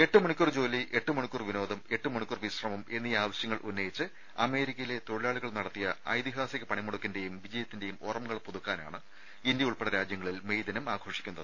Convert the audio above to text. എട്ട് മണിക്കൂർ ജോലി എട്ട് മണിക്കൂർ വിനോദം എട്ട് മണിക്കൂർ വിശ്രമം എന്നീ ആവശ്യങ്ങൾ ഉന്നയിച്ച് അമേരിക്കയിലെ തൊഴിലാളികൾ നടത്തിയ ഐതിഹാസിക പണിമുടക്കിന്റേയും വിജയത്തിന്റേയും ഓർമ്മകൾ പുതുക്കാനാണ് ഇന്ത്യ ഉൾപ്പെടെ രാജ്യങ്ങളിൽ മെയ് ദിനം ആഘോഷിക്കുന്നത്